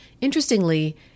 Interestingly